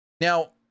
Now